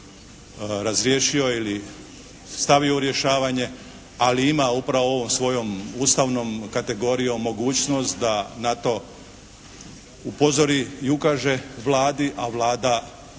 razriješio ili stavio u rješavanje ali ima upravo ovom svojom ustavnom kategorijom mogućnost da na to upozori i ukaže Vladi, a Vlada bi